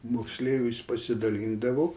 moksleiviais pasidalindavau